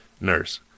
nurse